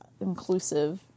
inclusive